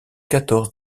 quatorze